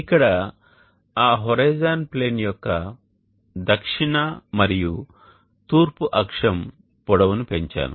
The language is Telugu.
ఇక్కడ ఆ హోరిజోన్ ప్లేన్ యొక్క దక్షిణ మరియు తూర్పు అక్షం పొడవును పెంచాను